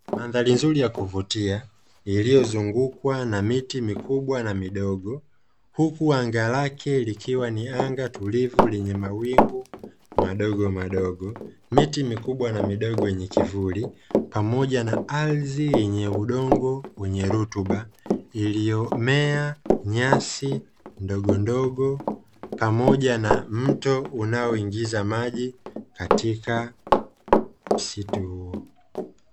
Mandhari nzuri ya kuvutia iliyozungukwa na miti mikubwa na midogo huku anga lake likiwa ni anga tulivu lenye mawingu madogo madogo, miti mikubwa na midogo yenye kivuli pamoja na ardhi yenye udongo wenye rutuba iliyomea nyasi ndogondogo pamoja na mto unaoingiza maji katika msitu huo.